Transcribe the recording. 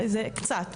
קצת.